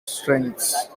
strengths